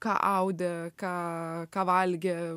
ką audė ką ką valgė